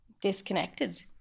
disconnected